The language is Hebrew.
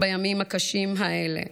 בימים הקשים האלה,